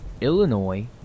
Illinois